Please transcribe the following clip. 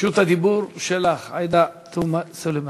רשות הדיבור שלך, עאידה תומא סלימאן.